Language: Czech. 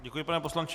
Děkuji, pane poslanče.